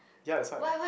ya that's why